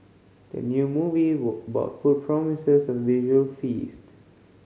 the new movie were about food promises a visual feast